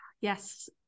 Yes